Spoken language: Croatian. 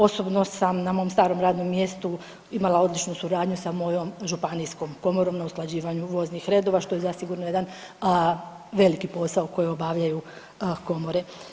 Osobno sam na mom starom radnom mjestu imala odličnu suradnju sa mojom županijskom komorom na usklađivanju voznih redova što je zasigurno jedan veliki posao koji obavljaju komore.